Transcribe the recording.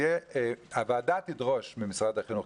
הוועדה תדרוש ממשרד החינוך,